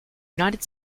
united